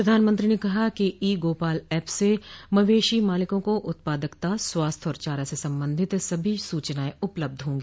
प्रधानमंत्री ने कहा कि ई गोपाल ऐप से मवेशी मालिकों को उत्पादकता स्वास्थ्य और चारा से संबंधित सभी सूचनाएं उपलब्ध होंगी